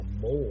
more